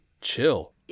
Chill